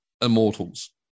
Immortals